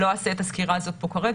אני לא אעשה את הסקירה הזאת פה כרגע.